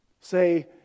say